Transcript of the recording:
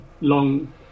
long